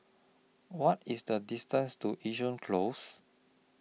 What IS The distance to Yishun Close